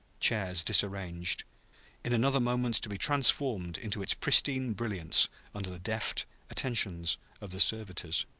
chairs disarranged in another moment to be transformed into its pristine brilliance under the deft attentions of the servitors.